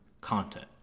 content